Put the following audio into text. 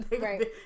Right